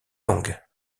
langues